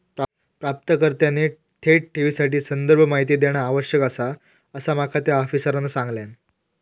प्राप्तकर्त्याने थेट ठेवीसाठी संदर्भ माहिती देणा आवश्यक आसा, असा माका त्या आफिसरांनं सांगल्यान